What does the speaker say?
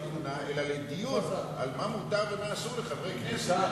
כתלונה אלא לדיון על מה מותר ומה אסור לחברי הכנסת.